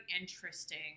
interesting